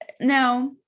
now